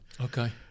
Okay